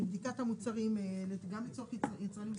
אבל אם אנחנו כרגולטורים וכאנשים שאמונים על בריאות הציבור